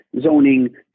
zoning